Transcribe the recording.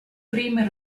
prime